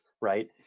right